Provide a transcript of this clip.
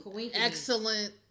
excellent